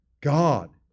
God